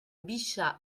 bichat